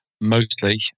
mostly